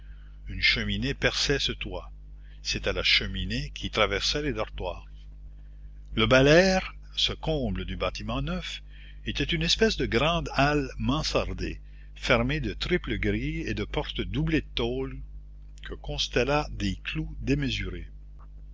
une cheminée perçait ce toit c'était la cheminée qui traversait les dortoirs le bel air ce comble du bâtiment neuf était une espèce de grande halle mansardée fermée de triples grilles et de portes doublées de tôle que constellaient des clous démesurés